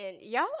y'all